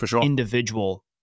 individual